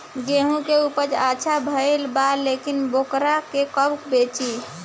गेहूं के उपज अच्छा भेल बा लेकिन वोकरा के कब बेची?